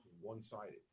one-sided